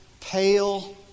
pale